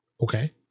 Okay